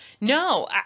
no